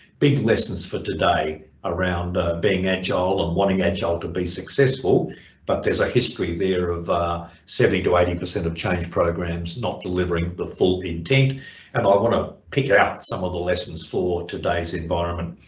big lessons for today around being agile and wanting agile to be successful but there's a history there of seventy to eighty percent of change programs not delivering the full intent and i want to pick out some of the lessons for today's environment.